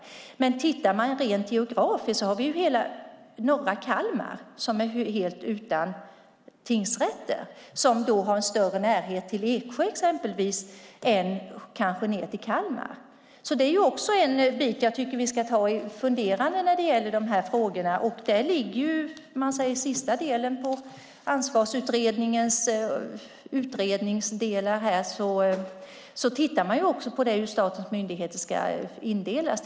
Men om man tittar på det rent geografiskt ser vi att hela norra Kalmar är helt utan tingsrätter. Där har man kanske en större närhet exempelvis till Eksjö än ned till Kalmar. Detta är också en bit som jag tycker att vi ska fundera på när det gäller dessa frågor. Den sista delen ligger på Ansvarsutredningens utredningsdelar, där man också tittar på hur statens myndigheter ska indelas.